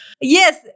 Yes